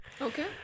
Okay